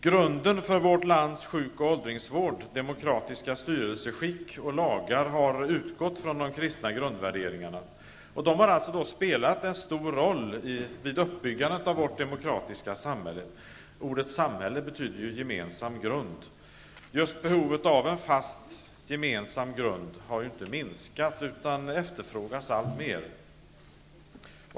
Grunden för vårt lands sjuk och åldringsvård, demokratiska styrelseskick och lagar har utgått från de kristna grundvärderingarna. De har alltså spelat en stor roll vid uppbyggandet av vårt demokratiska samhälle. Ordet samhälle betyder ''gemensam grund''. Just behovet av en fast, gemensam grund har inte minskat utan efterfrågas alltmer.